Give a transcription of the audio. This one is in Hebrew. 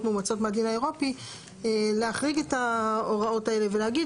מאומצות מהדין האירופי להחריג את ההוראות האלה ולהגיד